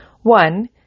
One